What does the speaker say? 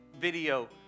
video